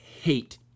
hate